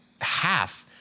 half